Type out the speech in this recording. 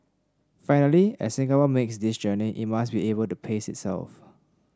finally as Singapore makes this journey it must be able to pace itself